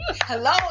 Hello